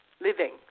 Living